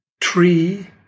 tree